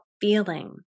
feeling